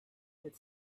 had